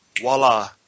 voila